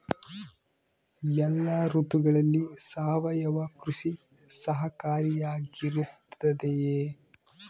ಎಲ್ಲ ಋತುಗಳಲ್ಲಿ ಸಾವಯವ ಕೃಷಿ ಸಹಕಾರಿಯಾಗಿರುತ್ತದೆಯೇ?